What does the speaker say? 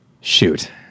shoot